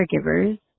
caregivers